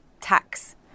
tax